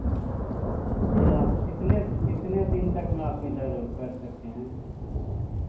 यह आप कितने कितने दिन तक में आप इधर कर सकते हैं